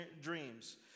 dreams